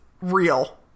real